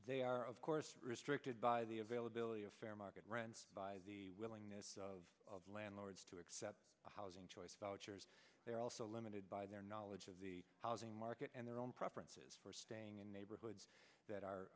they are of course restricted by the availability of fair market rent willingness of landlords to accept housing choice they're also limited by their knowledge of the housing market and their own preferences for staying in neighborhoods that